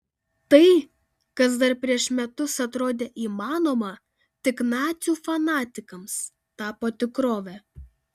tai kas dar prieš metus atrodė įmanoma tik nacių fanatikams tapo tikrove